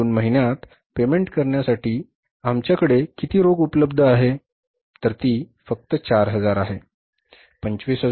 जून महिन्यात पेमेंट करण्यासाठी जून महिन्यासाठी आमच्याकडे किती रोख उपलब्ध आहे तर ती फक्त 4000 आहे